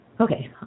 Okay